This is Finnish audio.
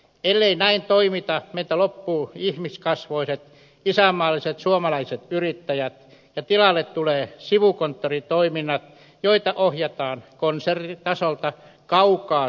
ellei näin toimita meiltä loppuu ihmiskasvoiset isänmaalliset suomalaiset yrittäjät ja tilalle tulee sivukonttoritoiminnat joita ohjataan konsernitasolta kaukaa suomesta